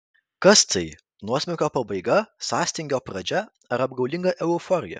kas tai nuosmukio pabaiga sąstingio pradžia ar apgaulinga euforija